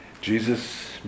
Jesus